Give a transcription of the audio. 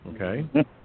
Okay